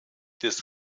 des